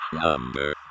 Number